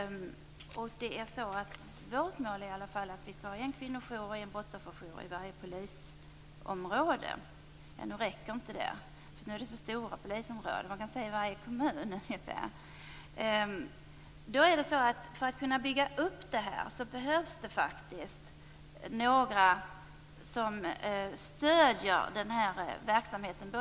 Vårt mål är en kvinnojour och en brottsofferjour i varje polisområde. Nu räcker det inte. Polisområdena är så stora. Men i stället kan man säga varje kommun. För att kunna bygga upp denna verksamhet behövs det några som stöder den i starten.